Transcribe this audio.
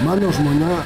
mano žmona